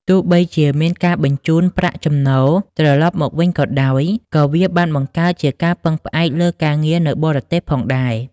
ទោះបីជាមានការបញ្ជូនប្រាក់ចំណូលត្រឡប់មកវិញក៏ដោយ ក៏វាបានបង្កើតជាការពឹងផ្អែកលើការងារនៅបរទេសផងដែរ។